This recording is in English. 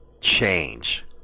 change